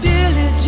Billy